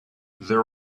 there